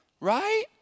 Right